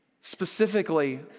Specifically